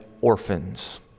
orphans